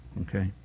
okay